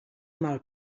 mal